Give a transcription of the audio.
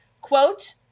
quote